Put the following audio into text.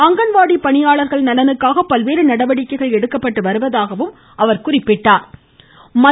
அங்கன்வாடி பணியாளர்கள் நலனுக்காக பல்வேறு நடவடிககைகள் எடுக்கப்பட்டு வருவதாகவும் அவர் குறிப்பிட்டார்